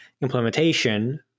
implementation